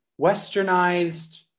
westernized